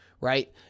Right